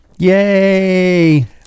Yay